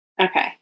Okay